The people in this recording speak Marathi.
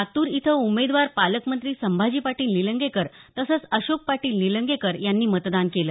लातूर इथं उमेदवार पालकमंत्री संभाजी पाटील निलंगेकर तसंच अशोक पाटील निलंगेकर यांनी मतदान केलं